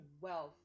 wealth